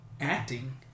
acting